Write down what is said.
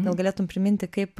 gal galėtum priminti kaip